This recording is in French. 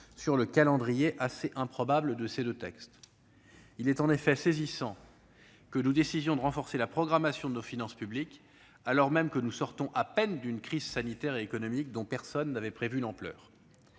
sur le calendrier assez improbable de ces deux textes. Il est en effet saisissant que nous décidions de renforcer la programmation de nos finances publiques, alors même que nous sortons à peine d'une crise sanitaire et économique dont personne n'avait prévu l'ampleur.